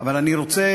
אבל אני רוצה,